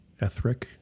Ethric